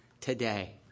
today